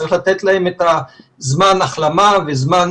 צריך לתת להם את זמן ההחלמה ואת זמן